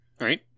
right